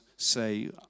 say